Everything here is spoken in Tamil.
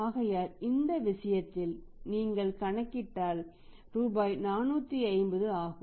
ஆகையால் இந்த விஷயத்தில் நீங்கள் கணக்கிட்டால் ரூபாய் 450 ஆகும்